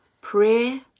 prayer